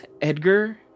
Edgar